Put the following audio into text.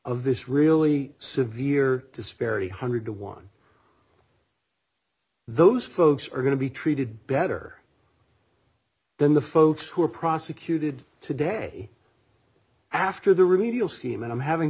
of this really severe disparity one hundred to one those folks are going to be treated better than the folks who are prosecuted today after the remedial scheme and i'm having